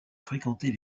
fréquenter